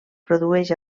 produïx